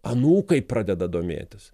anūkai pradeda domėtis